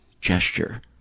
gesture